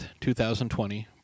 2020